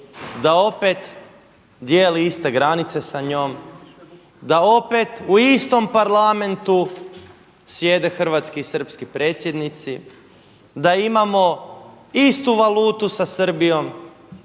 da opet dijeli iste granice sa njom, da opet u istom parlamentu sjede hrvatski i srpski predsjednici, da imamo istu valutu sa Srbijom,